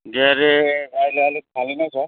के अरे अहिले अलिक खाली नै छ